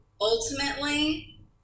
ultimately